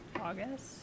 August